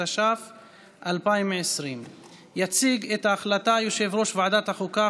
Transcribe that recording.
התש"ף 2020. יציג את ההחלטה יושב-ראש ועדת החוקה,